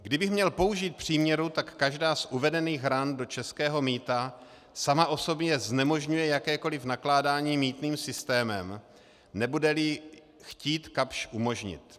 Kdybych měl použít příměru, tak každá z uvedených ran do českého mýta sama o sobě znemožňuje jakékoliv nakládání s mýtným systémem, nebudeli je chtít Kapsch umožnit.